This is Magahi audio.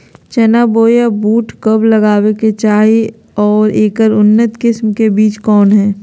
चना बोया बुट कब लगावे के चाही और ऐकर उन्नत किस्म के बिज कौन है?